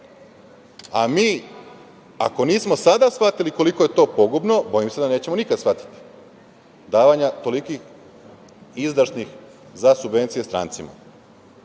A mi, ako nismo sada shvatili koliko je to pogubno, bojim se da nećemo nikad shvatiti, davanja tolikih izdašnih za subvencije strancima.